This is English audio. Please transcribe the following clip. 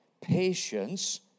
patience